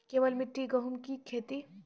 केवल मिट्टी गेहूँ की खेती?